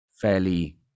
fairly